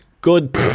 Good